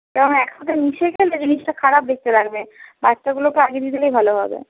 কেন না একসাথে মিশে গেলে জিনিসটা খারাপ দেখতে লাগবে বাচ্চাগুলোকে আগে দিয়ে দিলেই ভালো হবে